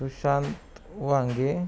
शुशांत वांगे